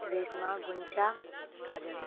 Reshma Ghuncha Kajal